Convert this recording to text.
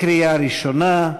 קריאה ראשונה.